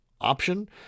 option